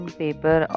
paper